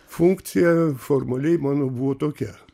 funkcija formaliai mano buvo tokia